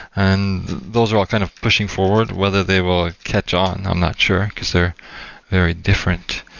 and those are all kind of pushing forward. whether they will catch on, i'm not sure, because they're very different.